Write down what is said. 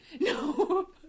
No